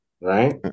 right